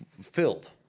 filled